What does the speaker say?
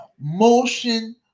Motion